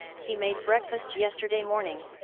he made breakfast yesterday morning,